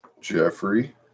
Jeffrey